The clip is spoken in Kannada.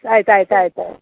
ಆಯ್ತು ಆಯ್ತು ಆಯ್ತು ಆಯ್ತು